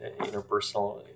interpersonal